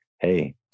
hey